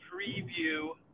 preview